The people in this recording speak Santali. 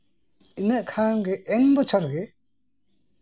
ᱤᱱᱟᱹᱜ ᱠᱷᱟᱱᱜᱮ ᱮᱱ ᱵᱚᱪᱷᱚᱨᱜᱮ